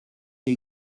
les